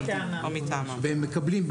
והם מקבלים.